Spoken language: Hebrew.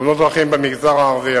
תאונות דרכים במגזר הערבי.